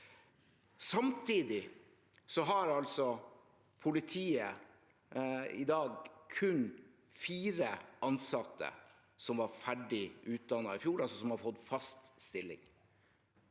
Samtidig har politiet i dag kun fire ansatte som var ferdig utdannet i fjor og har fått fast stilling.